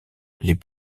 les